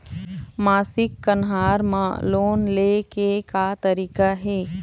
मासिक कन्हार म लोन ले के का तरीका हे?